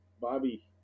Bobby